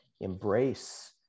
embrace